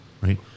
right